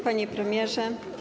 Panie Premierze!